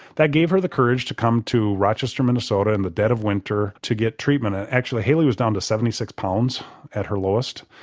that gave her the courage to come to rochester, minnesota in the dead of winter to get treatment. and actually hailey was down to seventy six pounds at her lowest.